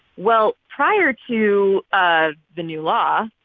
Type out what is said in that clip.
well, prior to ah the new law,